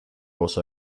also